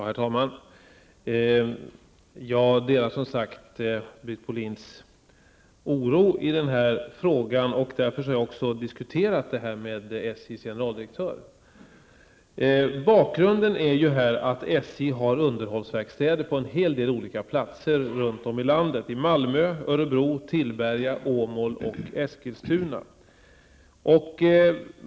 Herr talman! Jag delar Britt Bohlins oro i denna fråga, och därför har jag också diskuterat den med SJs generaldirektör. Bakgrunden är att SJ har underhållsverkstäder på en hel del olika platser i landet, i Malmö, Örebro, Tillberga, Åmål och Eskilstuna.